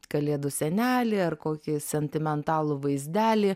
kalėdų senelį ar kokį sentimentalų vaizdelį